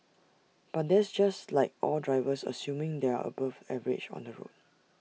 but that's just like all drivers assuming they are above average on the road